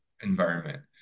environment